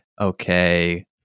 okay